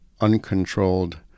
uncontrolled